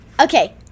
Okay